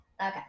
Okay